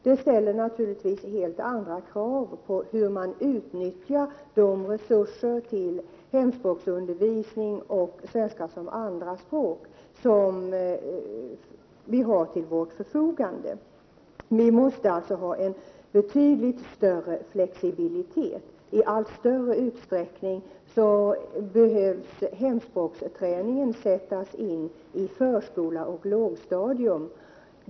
Det ställer naturligtvis helt andra krav på utnyttjandet av de resurser till hemspråksundervisning och svenska som andraspråk som står till förfogande. Det behövs alltså en betydligt större flexibilitet. Tallt större utsträckning måste hemspråksträningen sättas in i förskola och lågstadium.